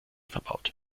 verbaut